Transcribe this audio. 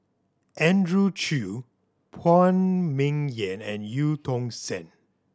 Andrew Chew Phan Ming Yen and Eu Tong Sen